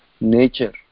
nature